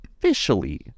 officially